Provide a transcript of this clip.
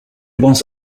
was